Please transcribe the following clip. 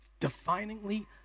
definingly